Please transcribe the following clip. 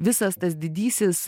visas tas didysis